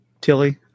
Tilly